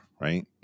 right